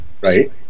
Right